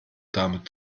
dame